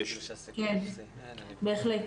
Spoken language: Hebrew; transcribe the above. כן, בהחלט.